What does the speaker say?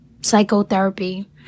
psychotherapy